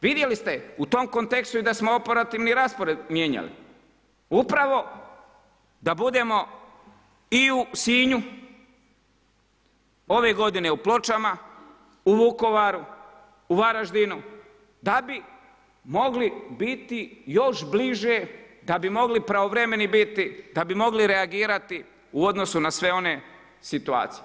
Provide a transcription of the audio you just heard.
Vidjeli ste u tom kontekstu da smo operativni raspored mijenjali, upravo da budemo i u Sinju, ove godine u Pločama, u Vukovaru, u Varaždinu, da bi mogli biti još bliže, da bi mogli pravovremeni biti, da bi mogli reagirati u odnosu na sve one situacije.